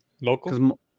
local